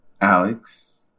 Alex